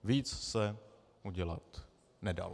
Víc se udělat nedalo.